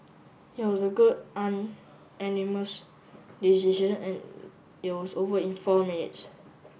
it was a good unanimous decision and it was over in four minutes